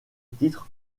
titre